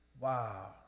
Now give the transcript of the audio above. Wow